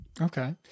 Okay